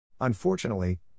Unfortunately